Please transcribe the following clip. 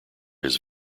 his